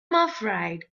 afraid